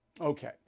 Okay